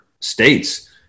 states